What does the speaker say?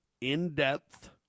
in-depth